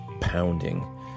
Pounding